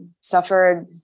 Suffered